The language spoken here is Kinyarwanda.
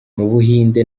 buhinde